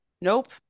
Nope